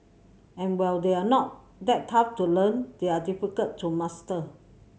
and while they are not that tough to learn they are difficult to master